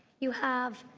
you have